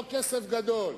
לא כסף גדול,